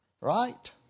right